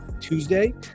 Tuesday